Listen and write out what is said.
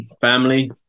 family